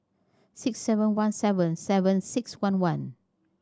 six seven one seven seven six one one